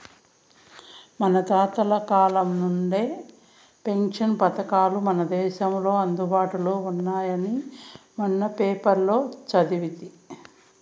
మన తాతల కాలం నుంచే పెన్షన్ పథకాలు మన దేశంలో అందుబాటులో ఉండాయని మొన్న పేపర్లో సదివితి